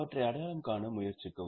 அவற்றை அடையாளம் காண முயற்சிக்கவும்